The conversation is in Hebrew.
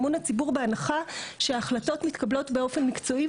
אמון הציבור בהנחה שהחלטות מתקבלות באופן מקצועי,